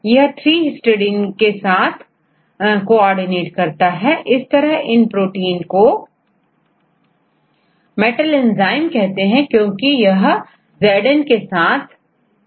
यह3 histidine के साथ coordinate करता है इस तरह इन प्रोटीन को मेटल एंजाइम कहते हैं क्योंकि यहznआयन के साथ जुड़े रहते हैं